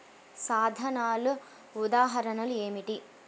సాధనాల ఉదాహరణలు ఏమిటీ?